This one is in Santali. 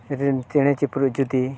ᱨᱤᱱ ᱪᱮᱬᱮ ᱪᱤᱯᱨᱩᱜ ᱡᱩᱫᱤ